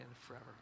forever